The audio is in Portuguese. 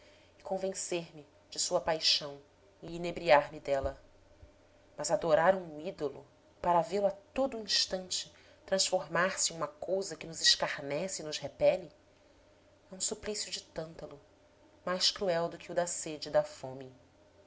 convencer-me de sua paixão e inebriar me dela mas adorar um ídolo para vê-lo a todo o instante transformar-se em uma cousa que nos escarnece e nos repele é um suplício de tântalo mais cruel do que o da sede e da fome